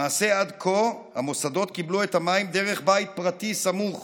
למעשה עד כה המוסדות קיבלו את המים דרך בית פרטי סמוך